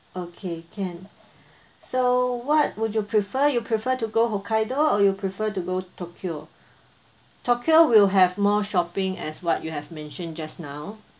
okay can so what would you prefer you prefer to go hokkaido or you prefer to go tokyo tokyo will have more shopping as what you have mentioned just now